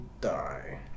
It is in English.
die